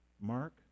Mark